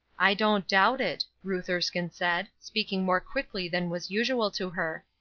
i don't doubt it, ruth erskine said, speaking more quickly than was usual to her.